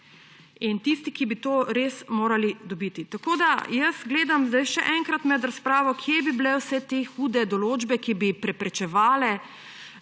in tisti, ki bi to res morali dobiti. Jaz gledam zdaj še enkrat med razpravo, kje bi bile vse te hude določbe, ki bi preprečevale